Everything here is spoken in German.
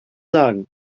sagen